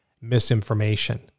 misinformation